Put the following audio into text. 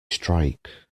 strike